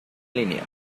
línea